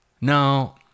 No